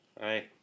Hi